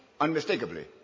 unmistakably